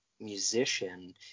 musician